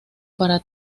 para